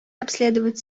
обследовать